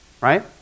right